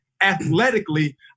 athletically